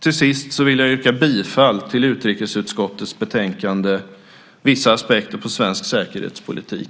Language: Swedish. Till sist yrkar jag bifall till förslaget i utrikesutskottets betänkande UU18, Vissa aspekter på svensk säkerhetspolitik .